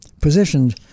positioned